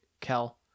Kel